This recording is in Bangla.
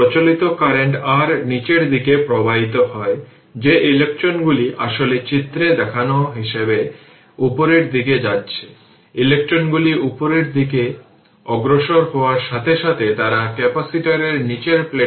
সুতরাং এটি 2 2 i1 i2 এইভাবে চলছে কারণ i1 উপরের দিকে যাচ্ছে এবং i2 নিচের দিকে যাচ্ছে